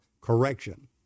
correction